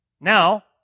Now